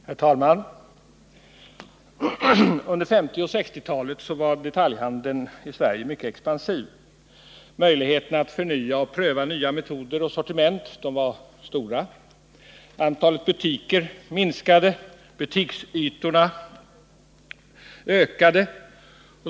Herr talman! Under 1950 och 1960-talen var detaljhandeln i Sverige mycket expansiv. Möjligheterna att förnya och att pröva nya metoder och sortiment var stora. Antalet butiker minskade. Butiksytorna ökade.